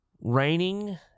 raining